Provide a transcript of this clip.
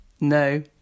No